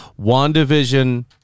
WandaVision